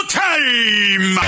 time